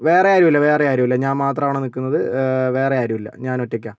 വേറെ ആരും ഇല്ല വേറെ ആരുമില്ല ഞാൻ മാത്രമാണ് നിൽക്കുന്നത് വേറെ ആരും ഇല്ല ഞാൻ ഒറ്റയ്ക്കാണ്